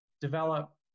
develop